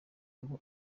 ngo